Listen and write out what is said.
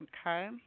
Okay